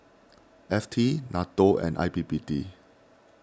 F T Nato and I P P T